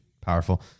Powerful